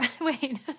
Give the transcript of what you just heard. Wait